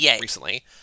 recently